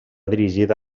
dirigida